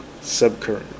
Subcurrent